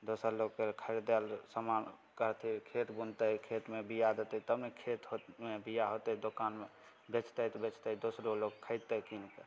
दोसर लोक खरीदऽ लए सामान करतइ खेत बुनतइ खेतमे बीया देतै तब ने खेतमे बीया होतय दोकानमे बेचतइ तऽ बेचतइ दोसरो लोक खेतय कीनकऽ